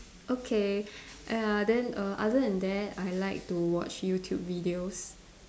okay ya then err other than that I like to watch YouTube videos